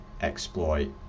exploit